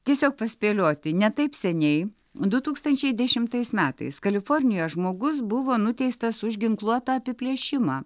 tiesiog paspėlioti ne taip seniai du tūkstančiai dešimtais metais kalifornijoje žmogus buvo nuteistas už ginkluotą apiplėšimą